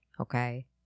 Okay